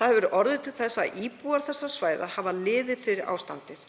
Það hefur orðið til þess að íbúar þessara svæða hafa liðið fyrir ástandið.